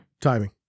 timing